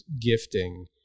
gifting